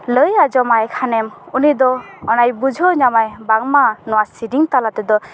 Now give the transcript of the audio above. ᱞᱟᱹᱭ ᱟᱡᱚᱢᱟᱭ ᱠᱷᱟᱱᱮᱢ ᱩᱱᱤᱫᱚ ᱚᱱᱟᱭ ᱵᱩᱡᱷᱟᱹᱣ ᱧᱟᱢᱟ ᱵᱟᱝᱢᱟ ᱱᱚᱣᱟ ᱥᱮᱨᱮᱧ ᱛᱟᱞᱟ ᱛᱮᱫᱚ